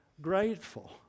grateful